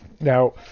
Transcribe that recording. Now